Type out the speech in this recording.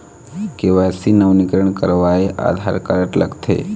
KYC नवीनीकरण करवाये Aadhaar card लगथे?